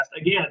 Again